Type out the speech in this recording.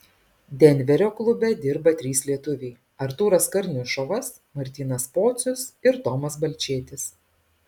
denverio klube dirba trys lietuviai artūras karnišovas martynas pocius ir tomas balčėtis